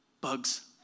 bugs